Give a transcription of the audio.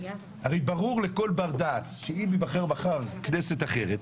הרי ברור לכל בר דעת שאם תיבחר מחר כנסת אחרת,